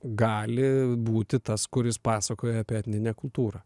gali būti tas kuris pasakoja apie etninę kultūrą